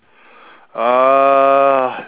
err